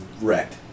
wrecked